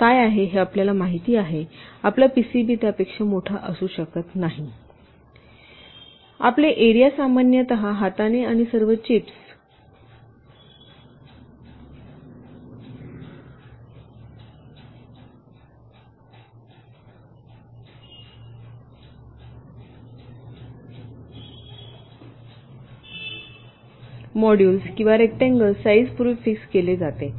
काय आहे हे आपल्याला माहिती आहे आपला पीसीबी त्यापेक्षा मोठा असू शकत नाही आपले एरिया सामान्यत हाताने आणि सर्व चिप्स संदर्भ वेळ 1810 मॉड्यूल्स किंवा रेकटांगलं साईजपूर्वी फिक्स केले जाते